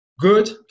Good